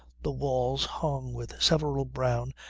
the walls hung with several brown,